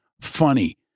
funny